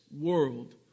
world